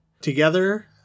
together